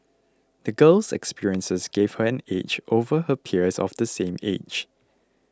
the girl's experiences gave her an edge over her peers of the same age